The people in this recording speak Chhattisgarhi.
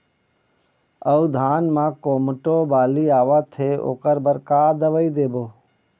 अऊ धान म कोमटो बाली आवत हे ओकर बर का दवई देबो?